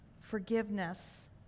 forgiveness